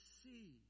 see